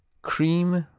cream,